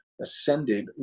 ascended